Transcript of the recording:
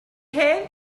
hen